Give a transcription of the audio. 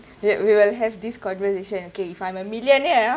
we we'll have this conversation okay if I'm a millionaire ah